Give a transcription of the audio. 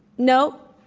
no.